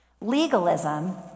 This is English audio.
Legalism